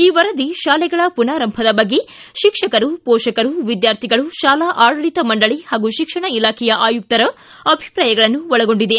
ಈ ವರದಿ ಶಾಲೆಗಳ ಪುನರಾರಂಭದ ಬಗ್ಗೆ ಶಿಕ್ಷಕರು ಪೋಷಕರು ವಿದ್ವಾರ್ಥಿಗಳು ಶಾಲಾ ಆಡಳಿತ ಮಂಡಳಿ ಹಾಗೂ ಶಿಕ್ಷಣ ಇಲಾಖೆಯ ಆಯುಕ್ತರ ಅಭಿಪ್ರಾಯಗಳನ್ನು ಒಳಗೊಂಡಿದೆ